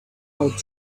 out